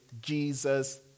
Jesus